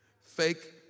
Fake